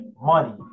money